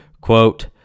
quote